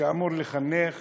שאמור לחנך